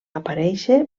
aparèixer